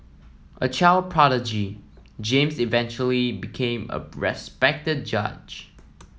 a child prodigy James eventually became a respected judge